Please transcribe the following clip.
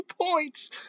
points